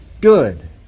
good